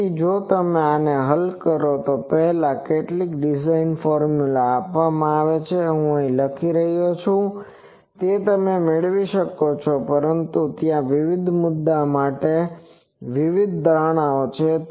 તેથી જો તમે આને હલ કરો તે પહેલાં કેટલાક ડિઝાઇન ફોર્મ્યુલા આપવામાં આવ્યા છે જે હું લખી રહ્યો છું તે મેળવી શકો છો પરંતુ ત્યાં વિવિધ મુદ્દા માટે વિવિધ ધારણાઓ છે